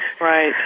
Right